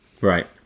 right